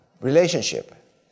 relationship